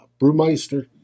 brewmeister